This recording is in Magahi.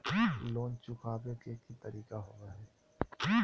लोन चुकाबे के की तरीका होबो हइ?